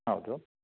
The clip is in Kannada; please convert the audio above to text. ಹೌದು